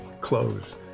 clothes